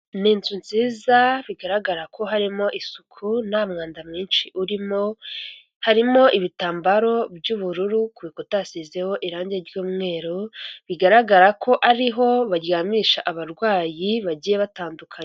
Ni inzu nziza bigaragara ko harimo isuku nta mwanda mwinshi urimo, harimo ibitambaro by'ubururu kuka utasizeho irangi ry'umweru, bigaragara ko ariho baryamisha abarwayi bagiye batandukanye.